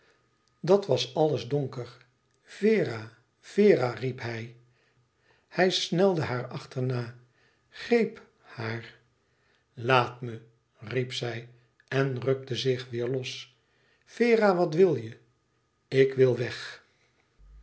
dat was alles donker vera vera riep hij hij snelde haar achterna greep haar laat me riep zij en rukte zich weêr los vera wat wil je ik wil weg